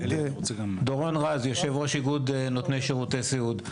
דורון רז, יו"ר איגוד נותני שירותי סיעוד.